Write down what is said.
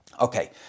Okay